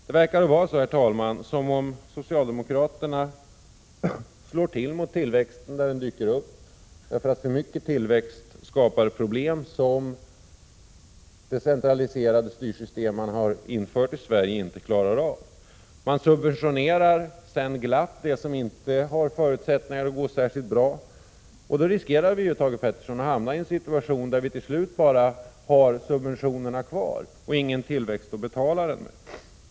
Det verkar som om socialdemokraterna slår till mot tillväxten där denna dyker upp — för mycket tillväxt skapar ju problem som de decentraliserade styrsystem man infört i Sverige inte klarar av. Man subventionerar sedan glatt det som inte har förutsättningar att gå särskilt bra. Men då riskerar vi, Thage Peterson, att hamna i en situation där vi till slut bara har subventionerna kvar och där vi inte har någon tillväxt att betala med.